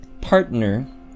partner